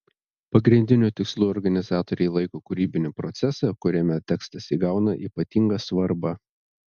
pagrindiniu tikslu organizatoriai laiko kūrybinį procesą kuriame tekstas įgauna ypatingą svarbą